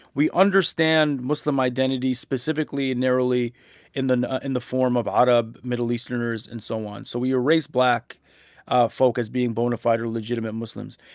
we understand muslim identity specifically and narrowly in the ah in the form of arab middle easterners and so on. so we erase black folk as being bona fide or legitimate muslims.